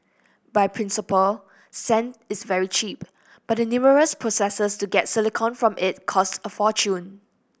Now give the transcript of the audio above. by principle sand is very cheap but the numerous processes to get silicon from it cost a fortune